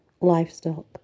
livestock